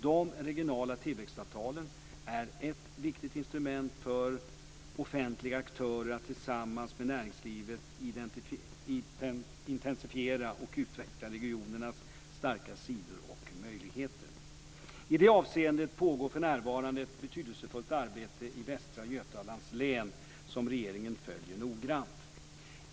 De regionala tillväxtavtalen är ett viktigt instrument för offentliga aktörer att tillsammans med näringslivet identifiera och utveckla regionernas starka sidor och möjligheter. I det avseendet pågår för närvarande ett betydelsefullt arbete i Västra Götalands län som regeringen följer noggrant.